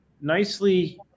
nicely